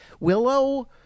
Willow